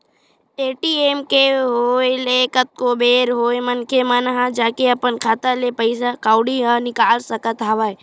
ATM के होय ले कतको बेर होय मनखे मन ह जाके अपन खाता ले पइसा कउड़ी ल निकाल सकत हवय